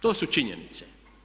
To su činjenice.